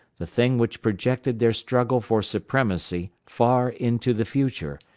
the thing which projected their struggle for supremacy far into the future,